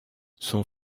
son